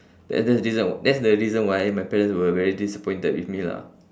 that's that's the that's the reason why my parents were very disappointed with me lah